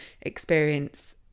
experience